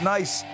Nice